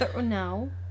No